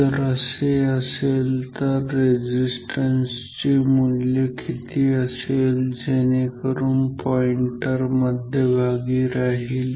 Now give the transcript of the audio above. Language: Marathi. जर असे असेल तर रेझिस्टन्स चे मूल्य किती असेल जेणेकरून पॉईंटर मध्यभागी राहिल